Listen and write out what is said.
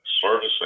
servicing